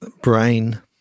brain